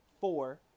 four